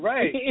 Right